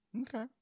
Okay